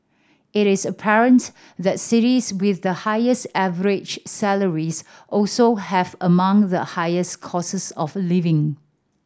it is apparent that cities with the highest average salaries also have among the highest costs of living